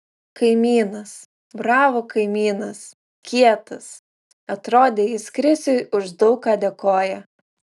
kaimynas bravo kaimynas kietas atrodė jis krisiui už daug ką dėkoja